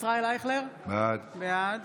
ישראל אייכלר, בעד